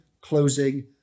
closing